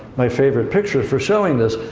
my favorite picture for showing this.